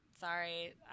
Sorry